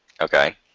Okay